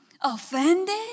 offended